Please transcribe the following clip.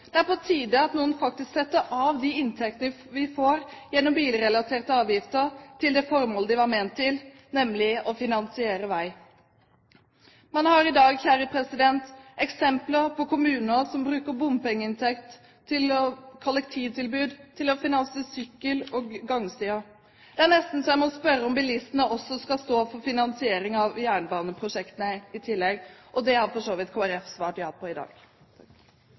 Det er på tide at noen faktisk setter av de inntektene vi får gjennom bilrelaterte avgifter, til det formålet de var ment til, nemlig å finansiere vei. Man har i dag eksempler på kommuner som bruker bompengeinntekt til kollektivtilbud og til å finansiere sykkel- og gangstier. Det er nesten så jeg må spørre om bilistene også skal stå for finansiering av jernbaneprosjektene i tillegg, og det har for så vidt Kristelig Folkeparti svart ja på i dag.